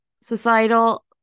Societal